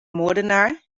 moordenaar